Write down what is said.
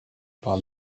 par